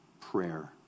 prayer